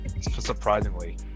surprisingly